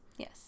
Yes